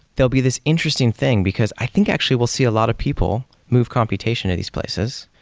there'll be this interesting thing, because i think actually we'll see a lot of people move computation at these places,